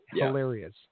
Hilarious